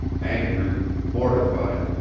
angry, mortified,